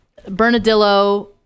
Bernadillo